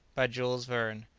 by jules verne.